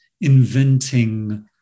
inventing